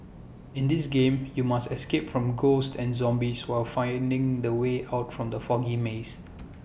in this game you must escape from ghosts and zombies while finding the way out from the foggy maze